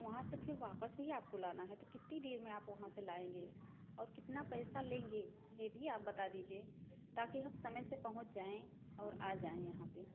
वहाँ से फिर वापस भी आपको लाना है तो कितनी देर में आप वहाँ से लाएँगे और कितना पैसा लेंगे यह भी आप बता दीजिए ताकि हम समय से पहुँच जाएँ और आ जाएँ यहाँ पर